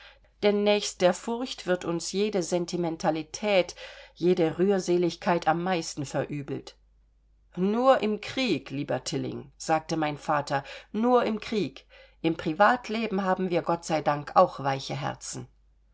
denn nächst der furcht wird uns jede sentimentalität jede rührseligkeit am meisten verübelt nur im krieg lieber tilling sagte mein vater nur im krieg im privatleben haben wir gott sei dank auch weiche herzen